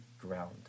ground